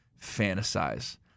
fantasize